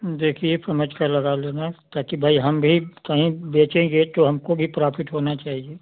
देखिए समझकर लगा लेना ताकि भाई हम भी कहीं बेचेंगे तो हमको भी प्राफिट होना चाहिए